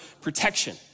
protection